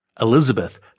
Elizabeth